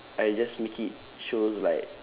I just make it shows like